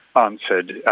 answered